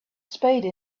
spade